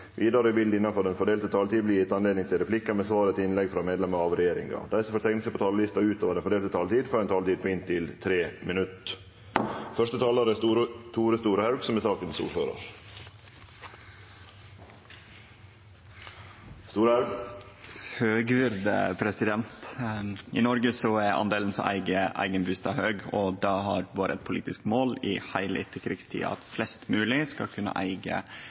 Vidare vil det – innanfor den fordelte taletida – verte gjeve anledning til replikkar med svar etter innlegg frå medlemer av regjeringa, og dei som måtte teikne seg på talarlista utover den fordelte taletida, får òg ei taletid på inntil 3 minutt. I Noreg er andelen som eig eigen bustad, stor, og det har vore eit politisk mål i heile etterkrigstida at flest mogleg skal kunne eige